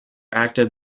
active